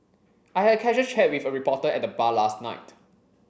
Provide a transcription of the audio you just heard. I had a casual chat with a reporter at the bar last night